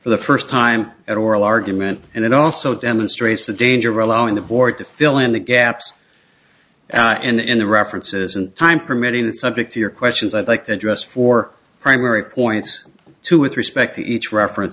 for the first time at oral argument and it also demonstrates the danger allowing the board to fill in the gaps and in the references and time permitting the subject to your questions i'd like to address four primary points two with respect to each reference